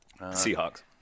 Seahawks